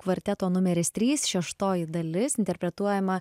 kvarteto numeris trys šeštoji dalis interpretuojama